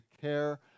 care